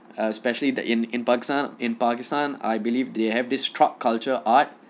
ah especially the in in pakistan in pakistan I believe they have this truck culture art